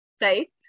Right